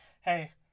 hey